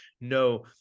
no